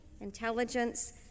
intelligence